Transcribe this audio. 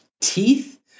teeth